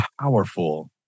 powerful